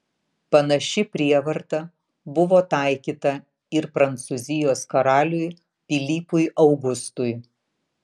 panaši prievarta buvo taikyta ir prancūzijos karaliui pilypui augustui